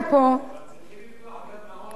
צריכים לפתוח גם מעון בכנסת,